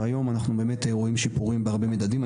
והיום אנחנו רואים שיפורים בהרבה מדדים.